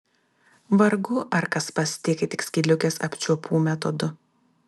vargu ar kas pasitiki tik skydliaukės apčiuopų metodu